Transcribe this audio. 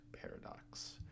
Paradox